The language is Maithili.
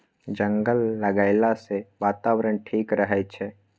जंगल लगैला सँ बातावरण ठीक रहै छै